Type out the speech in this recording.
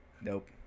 nope